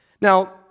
Now